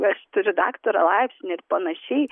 aš turiu daktaro laipsnį ir panašiai